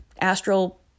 astral